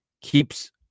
keeps